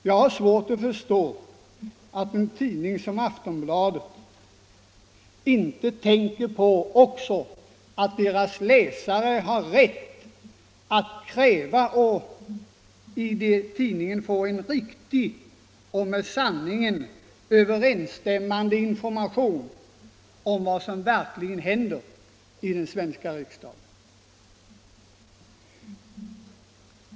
Jag har svårt att förstå att en tidning som Aftonbladet inte tänker på att dess läsare har rätt att kräva att i tidningen få en riktig, med sanningen överensstämmande information om vad som verkligen händer i den svenska riksdagen.